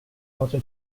also